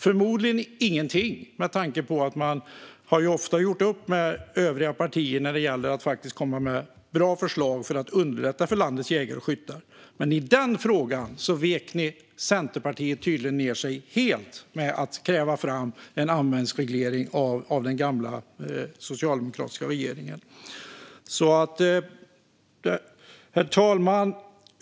Förmodligen fick man inte ut någonting, med tanke på att man ofta gjort upp med övriga partier när det gäller bra förslag för att underlätta för landets jägare och skyttar. Men Centerpartiet vek tydligen ned sig helt när det gällde att kräva en användningsreglering av den gamla socialdemokratiska regeringen. Herr talman!